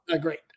Great